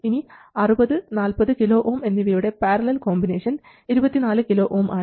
ഇനി 60 40 kΩ എന്നിവയുടെ parallel combination 24 kΩ ആണ്